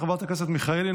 חברת הכנסת מיכאלי,